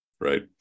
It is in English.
right